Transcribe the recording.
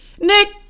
Nick